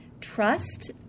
trust